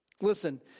Listen